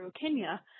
Kenya